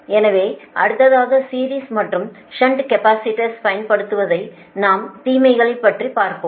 எனவே அடுத்ததாக சீரிஸ் மற்றும் ஷன்ட் கேபஸிடர்ஸ்பயன்படுத்துவதன் நன்மை தீமைகள் பற்றி பார்ப்போம்